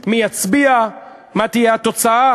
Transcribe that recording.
מי יצביע ומה תהיה התוצאה.